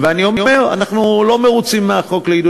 ואני אומר: אנחנו לא מרוצים מהחוק לעידוד